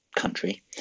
Country